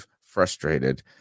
frustrated